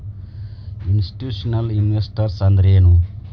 Institutional investors ಅಂದ್ರೇನು?